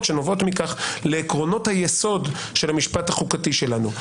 שנובעות מכך לעקרונות היסוד של המשפט החוקתי שלנו.